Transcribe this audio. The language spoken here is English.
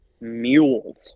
mules